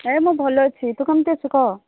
ହେ ମୁଁ ଭଲ ଅଛି ତୁ କେମିତି ଅଛୁ କହ